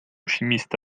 chimiste